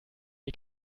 die